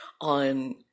on